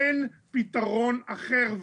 אין פתרון אחר.